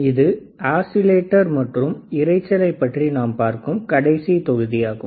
இது நாம் ஆசிலேட்டர் மற்றும் இரைச்சலை பற்றி பார்க்கும் கடைசி தொகுதியாகும்